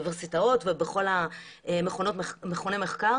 באוניברסיטאות ובכל מכוני המחקר,